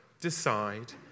decide